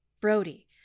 Brody